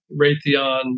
raytheon